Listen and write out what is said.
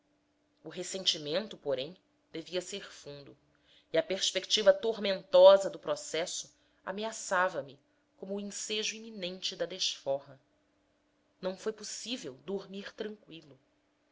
o ressentimento porém devia ser fundo e a perspectiva tormentosa do processo ameaçavame como o ensejo iminente da desforra não foi possível dormir tranqüilo